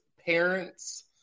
Parents